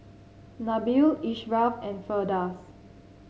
Nabil Ashraff and Firdaus